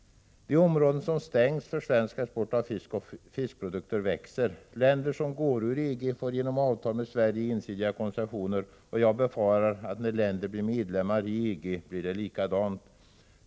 De områden som stängs för svensk export av fisk och fiskprodukter växer. 93 Länder som går ur EG får genom avtal med Sverige ensidiga koncessioner, och jag befarar att när länder blir medlemmar i EG, blir det likadant.